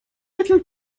little